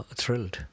thrilled